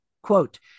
Quote